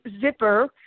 Zipper –